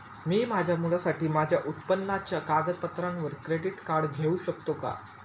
मी माझ्या मुलासाठी माझ्या उत्पन्नाच्या कागदपत्रांवर क्रेडिट कार्ड घेऊ शकतो का?